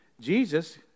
Jesus